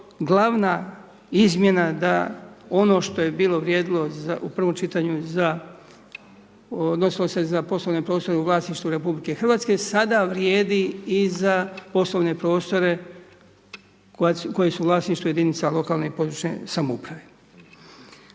glavna izmjena da ono što je bilo vrijedilo u prvom čitanju odnosilo se za poslovne prostore u vlasništvu RH, sada vrijedi i za poslovne prostore koje su u vlasništvu jedinica lokalne i područne samouprave.